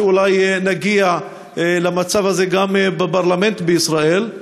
שאולי נגיע למצב הזה גם בפרלמנט בישראל.